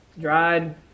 dried